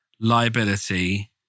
liability